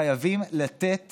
חייבים לתת